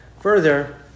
Further